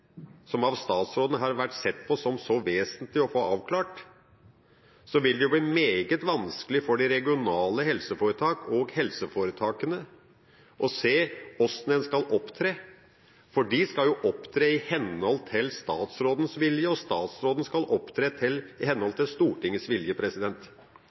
som av statsråden har vært sett på som så vesentlig å få avklart – vil det bli meget vanskelig for de regionale helseforetakene og helseforetakene å se hvordan man skal opptre, for de skal opptre i henhold til statsrådens vilje, og statsråden skal opptre i henhold